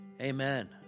Amen